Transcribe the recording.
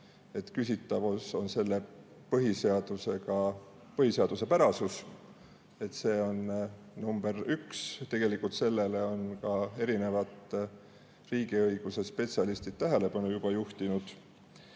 küsitavus on selle põhiseaduspärasus. See on nr 1. Sellele on ka erinevad riigiõiguse spetsialistid tähelepanu juba juhtinud.